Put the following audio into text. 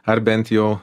ar bent jau